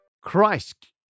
Christ